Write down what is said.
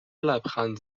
لبخند